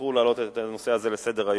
בחרו להעלות את הנושא הזה לסדר-היום,